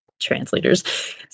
translators